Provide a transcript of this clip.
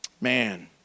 Man